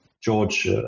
george